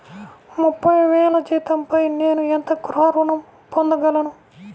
ముప్పై వేల జీతంపై నేను ఎంత గృహ ఋణం పొందగలను?